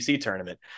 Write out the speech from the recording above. tournament